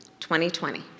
2020